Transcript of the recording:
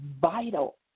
vital